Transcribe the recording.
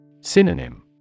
Synonym